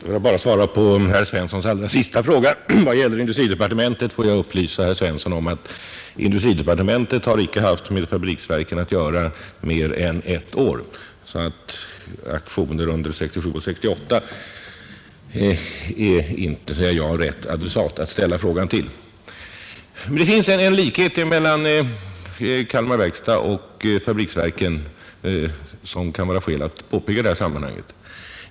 Herr talman! Jag skall börja med att svara på herr Svenssons allra senaste fråga och vill då upplysa honom om att industridepartementet icke har haft med fabriksverken att göra mer än ett år. För frågor om aktioner under 1967 och 1968 är jag alltså inte rätt adressat. Det finns emellertid en likhet mellan Kalmar verkstad och fabriksverken som det kan vara skäl att peka på i det här sammanhanget.